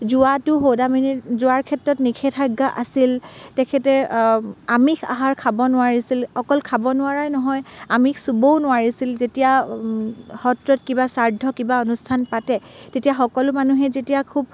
যোৱাটো সৌদামিনীৰ যোৱাৰ ক্ষেত্ৰত নিষেধাজ্ঞা আছিল তেখেতে আমিষ আহাৰ খাব নোৱাৰিছিল অকল খাব নোৱাৰাই নহয় আমিষ চুবও নোৱাৰিছিল যেতিয়া সত্ৰত কিবা শ্ৰাদ্ধ কিবা অনুষ্ঠান পাতে তেতিয়া সকলো মানুহে যেতিয়া খুব